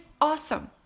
awesome